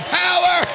power